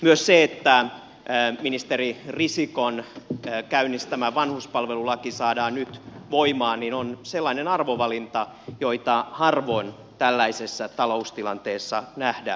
myös se että ministeri risikon käynnistämä vanhuspalvelulaki saadaan nyt voimaan on sellainen arvovalinta joita harvoin tällaisessa taloustilanteessa nähdään